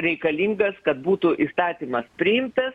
reikalingas kad būtų įstatymas priimtas